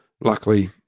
Luckily